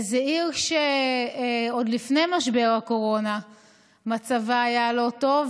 זאת עיר שעוד לפני משבר הקורונה מצבה היה לא טוב.